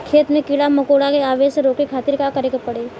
खेत मे कीड़ा मकोरा के आवे से रोके खातिर का करे के पड़ी?